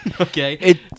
Okay